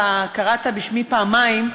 אתה קראת בשמי פעמים,